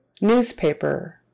Newspaper